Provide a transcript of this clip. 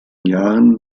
jahren